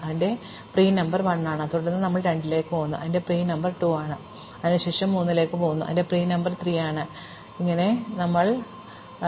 അതിനാൽ അതിന്റെ pre number 1 ആണ് തുടർന്ന് നമ്മൾ 2 ലേക്ക് പോകുന്നു അതിന്റെ പ്രീ നമ്പർ 2 ആണ് അതിനുശേഷം ഞങ്ങൾ 3 ലേക്ക് പോകുന്നു അതായത് പ്രീ നമ്പർ 3 ആണ് തുടർന്ന് 3 ആണെങ്കിൽ ഉടൻ തന്നെ കാരണം ഞങ്ങൾക്ക് പുറത്തുകടക്കാൻ പുതിയ അയൽക്കാരില്ല